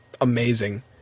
amazing